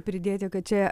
pridėti kad čia